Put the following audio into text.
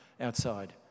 outside